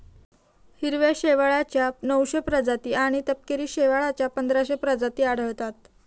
हिरव्या शेवाळाच्या नऊशे प्रजाती आणि तपकिरी शेवाळाच्या पंधराशे प्रजाती आढळतात